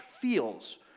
feels